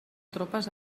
tropes